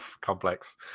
complex